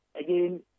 again